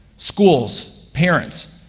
schools, parents,